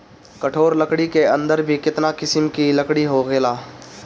कठोर लकड़ी के अंदर भी केतना किसिम के लकड़ी होखेला